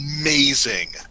amazing